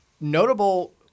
Notable